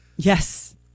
Yes